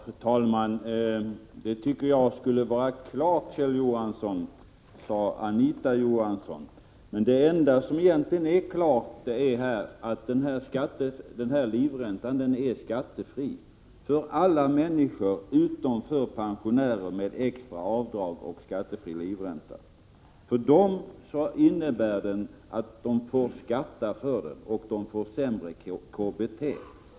Fru talman! Det tycker jag skulle vara klart, Kjell Johansson, sade Anita Johansson. Men det enda som egentligen är klart är att denna livränta är skattefri för alla människor utom för pensionärer med extra avdrag och skattefri livränta. De får skatta för den, och de får sämre KBT.